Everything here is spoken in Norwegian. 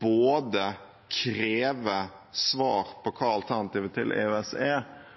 både å kreve svar på hva alternativet til EØS er,